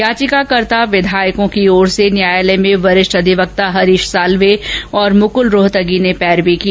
याचिकाकर्ता विधायकों की ओर से न्यायालय में वरिष्ठ अधिवक्ता हरीश साल्वे तथा मुकल रोहतगी ने पैरवी की